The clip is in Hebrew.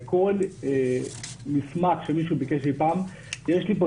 בכל מסמך שמישהו ביקש אי פעם יש לנו פה